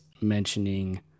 mentioning